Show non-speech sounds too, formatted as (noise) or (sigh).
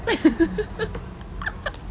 (laughs)